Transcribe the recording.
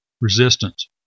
resistance